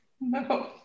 no